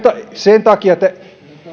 sen takia te